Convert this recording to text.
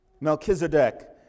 Melchizedek